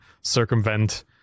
circumvent